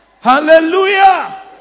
Hallelujah